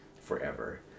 forever